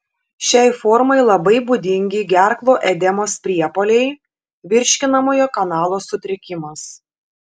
šiai formai labai būdingi gerklų edemos priepuoliai virškinamojo kanalo sutrikimas